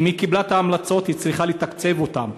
אם היא קיבלה את ההמלצות היא צריכה לתקצב אותן.